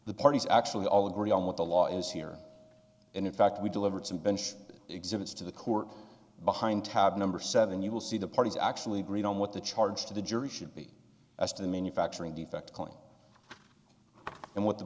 the parties actually all agree on what the law is here and in fact we delivered some bench exhibits to the court behind tab number seven you will see the parties actually agree on what the charge to the jury should be asked in manufacturing defect and what the